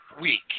week